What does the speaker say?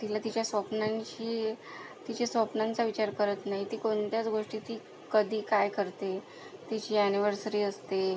तिला तिच्या स्वप्नांची तिच्या स्वप्नांचा विचार करत नाही ती कोणत्याच गोष्टी ती कधी काय करते तिची अॅनिव्हर्सरी असते